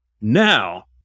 Now